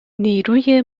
نیروی